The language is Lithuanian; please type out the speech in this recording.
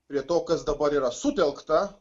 prie to kas dabar yra sutelkta